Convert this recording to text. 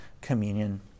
communion